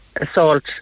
assault